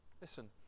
Listen